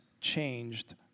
changed